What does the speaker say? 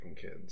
kids